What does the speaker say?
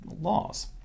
laws